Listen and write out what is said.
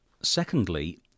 Secondly